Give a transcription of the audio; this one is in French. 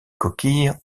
coquilles